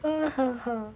嗯呵呵